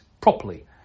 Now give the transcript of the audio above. properly